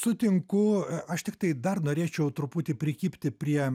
sutinku aš tiktai dar norėčiau truputį prikibti prie